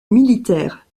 militaire